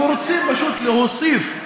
יש חוק זכויות התלמיד,